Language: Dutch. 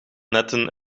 netten